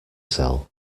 sell